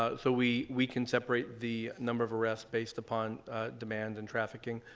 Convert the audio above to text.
ah so we we can separate the number of arrests based upon demand and trafficking,